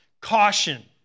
caution